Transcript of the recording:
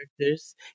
characters